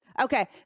Okay